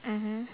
mmhmm